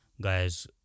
guys